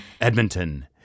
Edmonton